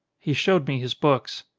he showed me his books.